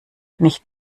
nicht